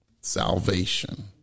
salvation